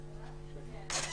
יופי,